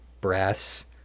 brass